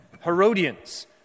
Herodians